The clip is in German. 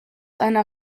einer